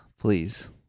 Please